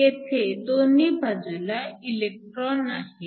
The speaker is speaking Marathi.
तर येथे दोन्ही बाजूला इलेक्ट्रॉन आहेत